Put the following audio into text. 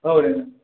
औ दे मेम